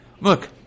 Look